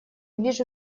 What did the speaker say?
вижу